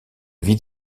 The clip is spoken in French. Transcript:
vie